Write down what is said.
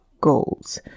goals